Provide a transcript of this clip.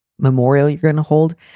memorial you're going to hold.